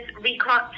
recall